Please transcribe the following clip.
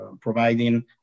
providing